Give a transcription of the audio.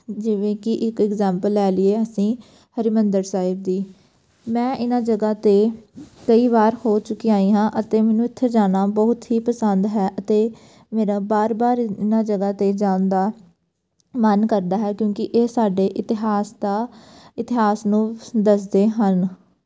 ਜਿਵੇਂ ਕਿ ਇੱਕ ਇਗਜਾਮਪਲ ਲੈ ਲਈਏ ਅਸੀਂ ਹਰਿਮੰਦਰ ਸਾਹਿਬ ਦੀ ਮੈਂ ਇਹਨਾਂ ਜਗ੍ਹਾ 'ਤੇ ਕਈ ਵਾਰ ਹੋ ਚੁੱਕ ਆਈ ਹਾਂ ਅਤੇ ਮੈਨੂੰ ਇੱਥੇ ਜਾਣਾ ਬਹੁਤ ਹੀ ਪਸੰਦ ਹੈ ਅਤੇ ਮੇਰਾ ਵਾਰ ਵਾਰ ਇਹਨਾਂ ਜਗ੍ਹਾ 'ਤੇ ਜਾਣ ਦਾ ਮਨ ਕਰਦਾ ਹੈ ਕਿਉਂਕਿ ਇਹ ਸਾਡੇ ਇਤਿਹਾਸ ਦਾ ਇਤਿਹਾਸ ਨੂੰ ਦੱਸਦੇ ਹਨ